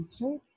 right